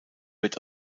wird